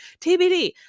TBD